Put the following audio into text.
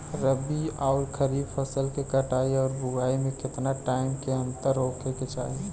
रबी आउर खरीफ फसल के कटाई और बोआई मे केतना टाइम के अंतर होखे के चाही?